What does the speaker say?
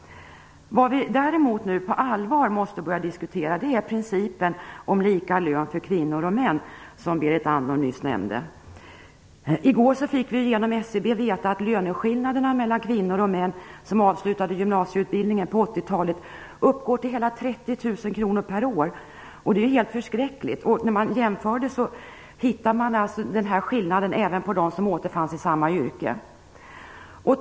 Vad vi däremot nu på allvar måste börja diskutera är principen om lika lön för kvinnor och män, som Berit Andnor nyss nämnde. I går fick vi genom SCB veta att löneskillnaderna mellan kvinnor och män som avslutade gymnasieutbildningen på 80-talet uppgår till hela 30 000 kr per år, och det är ju helt förskräckligt. Den här skillnaden hittades dessutom bland kvinnor och män i samma yrken.